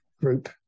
group